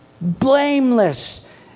blameless